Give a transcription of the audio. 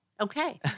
Okay